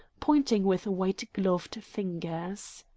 pointing with white-gloved fingers.